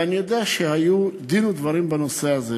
ואני יודע שהיה דין ודברים בנושא הזה.